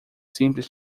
simples